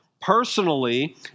personally